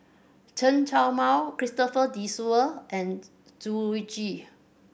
Chen Show Mao Christopher De Souza and Zhu Xu